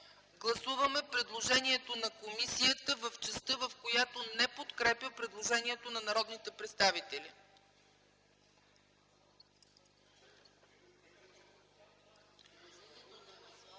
Гласуваме предложението на комисията в частта, в която не подкрепя предложението на народните представители.